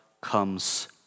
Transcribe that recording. comes